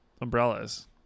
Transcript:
umbrellas